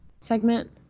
segment